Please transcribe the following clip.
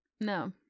No